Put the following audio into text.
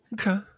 Okay